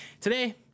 Today